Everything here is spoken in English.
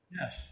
Yes